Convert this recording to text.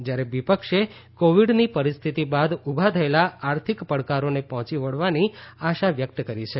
જ્યારે વિપક્ષે કોવિડની પરિસ્થિતિ બાદ ઊભા થયેલા આર્થિક પડકારોને પહોંચી વળવાની આશા વ્યક્ત કરી છે